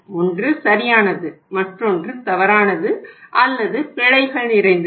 ஒன்று சரியானது மற்றொன்று தவறானது அல்லது பிழைகள் நிறைந்தது